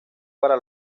para